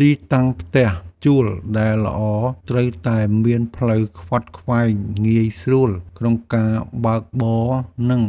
ទីតាំងផ្ទះជួលដែលល្អត្រូវតែមានផ្លូវខ្វាត់ខ្វែងងាយស្រួលក្នុងការបើកបរនិង